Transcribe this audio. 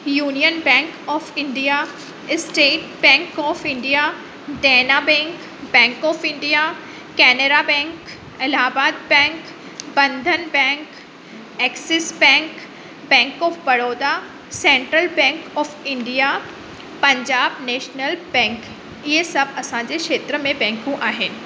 union Bank of India State Bank of India Dena Bank Bank of India Canara Bank Allahabad Bank Bandhan Bank Axis Bank Bank of Baroda Central Bank of India Punjab National Bank ईअं सभु असांजे क्षेत्र में बैंकूं आहिनि